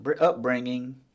upbringing